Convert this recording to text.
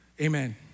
Amen